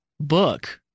Book